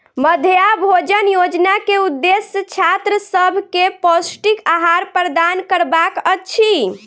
मध्याह्न भोजन योजना के उदेश्य छात्र सभ के पौष्टिक आहार प्रदान करबाक अछि